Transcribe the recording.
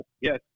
yes